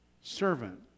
servant